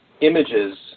images